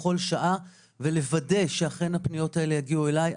בכל שעה ולוודא שאכן הפניות האלה יגיעו אליי.